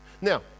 Now